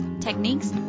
techniques